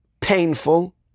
painful